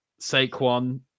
Saquon